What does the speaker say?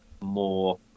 more